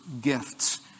gifts